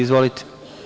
Izvolite.